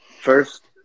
First